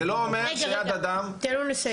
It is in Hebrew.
זה לא אומר שיד אדם --- רגע, תן לו לסיים.